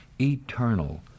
eternal